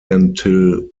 until